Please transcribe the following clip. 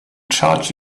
charge